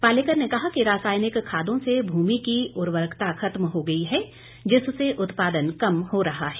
पालेकर ने कहा कि रासायनिक खादों से भूमि की उर्वरकता खत्म हो गई है जिससे उत्पादन कम हो रहा है